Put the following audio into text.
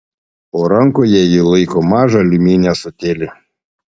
o rankoje ji laiko mažą aliuminį ąsotėlį